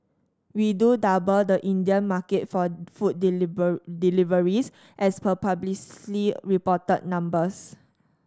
we do double the Indian market for food deliver deliveries as per publicly reported numbers